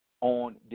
on